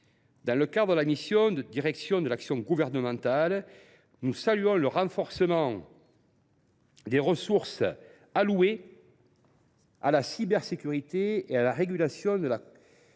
Enfin, dans la mission « Direction de l’action du Gouvernement », nous saluons le renforcement des ressources allouées à la cybersécurité et à la régulation de la